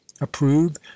approve